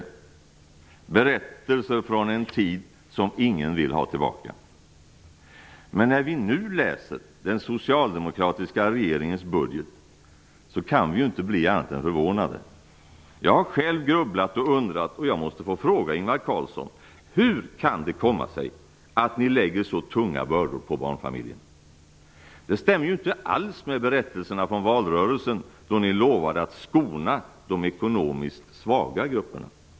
Det var berättelser från en tid som ingen vill ha tillbaka. När vi nu läser den socialdemokratiska regeringens budget kan vi inte bli annat än förvånade. Jag har själv grubblat och undrat, och jag måste få fråga Ingvar Carlsson: Hur kan det komma sig att ni lägger så tunga bördor på barnfamiljerna? Det stämmer inte alls med berättelserna från valrörelsen då ni lovade att skona de ekonomiskt svaga grupperna.